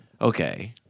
okay